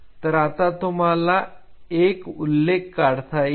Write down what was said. तर आता तुम्हाला एक बार आलेख काढता येईल